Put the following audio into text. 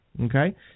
Okay